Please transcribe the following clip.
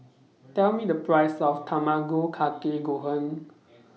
Tell Me The Price of Tamago Kake Gohan